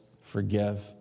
forgive